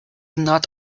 not